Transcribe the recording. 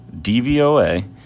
DVOA